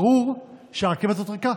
ברור שהרכבת הזאת ריקה,